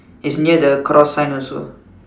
is near the cross sign also